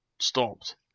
stopped